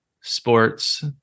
sports